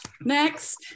next